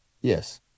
Yes